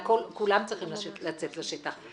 כולם צריכים לצאת לשטח.